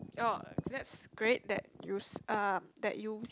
oh that's great that you uh that you